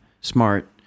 smart